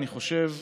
אני חושב,